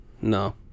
no